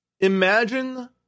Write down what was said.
Imagine